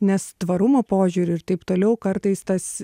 nes tvarumo požiūriu ir taip toliau kartais tas